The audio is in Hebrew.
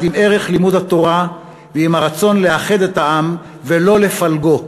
עם ערך לימוד התורה ועם הרצון לאחד את העם ולא לפלגו.